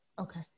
Okay